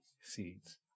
seeds